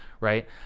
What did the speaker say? right